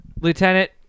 Lieutenant